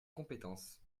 compétences